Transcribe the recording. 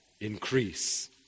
increase